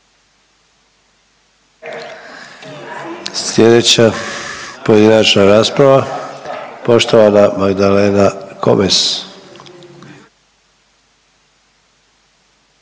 Sljedeća pojedinačna rasprava poštovana Magdalena Komes.